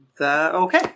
Okay